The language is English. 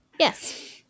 Yes